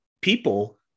people